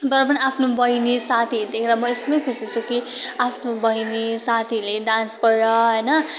तर पनि आफ्नो बहिनी साथीहरू देखेर म यसमै खुसी छु कि आफ्नो बहिनी साथीहरूले डान्स गरेर होइन